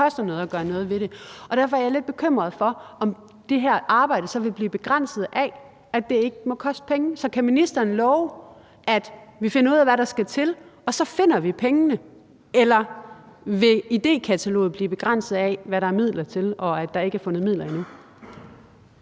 Det koster noget at gøre noget ved det, og derfor er jeg lidt bekymret for, om det her arbejde så vil blive begrænset af, at det ikke må koste penge. Så kan ministeren love, at vi finder ud af, hvad der skal til, og så finder vi pengene? Eller vil idékataloget blive begrænset af, hvad der er midler til, og at der ikke er fundet midler endnu?